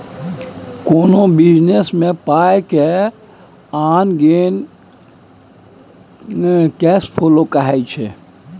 कोनो बिजनेस मे पाइ के आन गेन केस फ्लो कहाइ छै